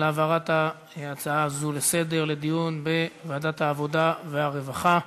על העברת ההצעה הזאת לסדר-היום לדיון בוועדת העבודה והרווחה.